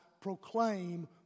proclaim